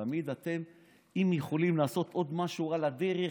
תמיד אם אתם יכולים לעשות עוד משהו רע על הדרך,